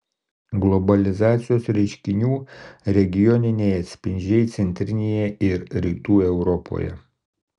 globalizacijos reiškinių regioniniai atspindžiai centrinėje ir rytų europoje